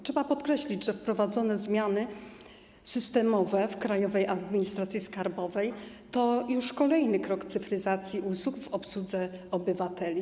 Trzeba podkreślić, że wprowadzone zmiany systemowe w Krajowej Administracji Skarbowej to już kolejny krok ku cyfryzacji usług w obsłudze obywateli.